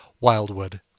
Wildwood